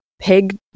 Pig